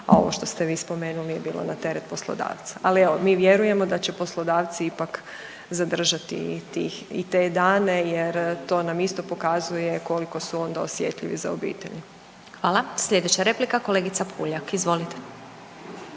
a ovo što ste vi spomenuli je bilo na teret poslodavca, ali evo, mi vjerujemo da će poslodavci ipak zadržati i tih, i te dane jer to nam isto pokazuje koliko su onda osjetljivi za obitelj. **Glasovac, Sabina (SDP)** Hvala. Sljedeća replika, kolegica Puljak, izvolite.